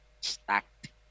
stacked